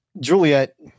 Juliet